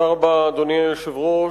אדוני היושב ראש,